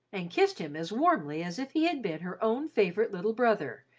and kissed him as warmly as if he had been her own favourite little brother,